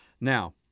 Now